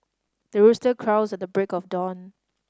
the rooster crows at the break of dawn